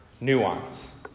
nuance